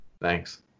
thanks